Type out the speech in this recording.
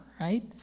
right